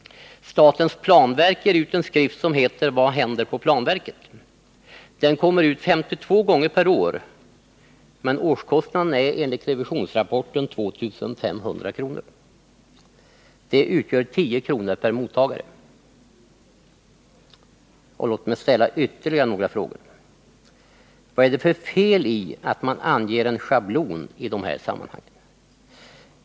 Statens planverk ger ut en skrift som heter Vad händer på planverket? Den kommer ut 52 gånger per år, men årskostnaden är enligt revisionsrapporten 2 500 kr. Det utgör 10 kr. per mottagare. Låt mig ställa ytterligare några frågor: Vad är det för fel i att man anger en schablon i det här sammanhanget?